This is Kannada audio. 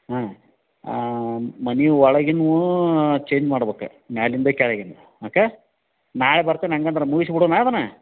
ಹಾಂ ಮನೆ ಒಳಗಿಂದು ಚೇಂಜ್ ಮಾಡ್ಬೇಕಾಗಿತ್ ಮ್ಯಾಗಿಂದ ಕೆಳಗೆ ಓಕೆ ನಾಳೆ ಬರ್ತೀನಿ ಹಂಗಂದ್ರೆ ಮುಗಿಸಿ ಬಿಡೋಣ ಅದನ್ನು